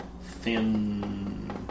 thin